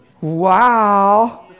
Wow